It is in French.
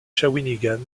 shawinigan